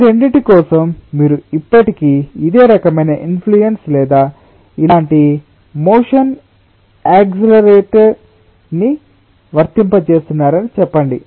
ఈ 2 కోసం మీరు ఇప్పటికీ ఇదే రకమైన ఇన్ఫ్లుయన్స్ లేదా ఇలాంటి మోషన్ యక్క్చ్యుయేటర్ ని వర్తింపజేస్తున్నారని చెప్పండి